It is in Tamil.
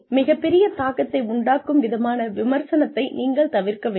மிகப்பெரிய தாக்கத்தை உண்டாக்கும் விதமான விமர்சனத்தை நீங்கள் தவிர்க்க வேண்டும்